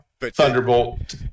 thunderbolt